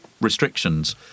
restrictions